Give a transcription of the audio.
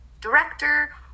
director